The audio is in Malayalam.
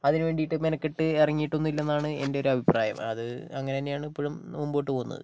അതിന് വേണ്ടിയിട്ട് മെനക്കെട്ട് ഇറങ്ങിയിട്ടൊന്നും ഇല്ലെന്നാണ് എൻ്റെ ഒരു അഭിപ്രായം അത് അങ്ങനെ തന്നെയാണ് ഇപ്പഴും മുമ്പോട്ട് പോകുന്നത്